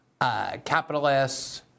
capitalists